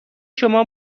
شما